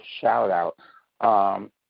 shout-out